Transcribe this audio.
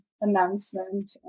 announcement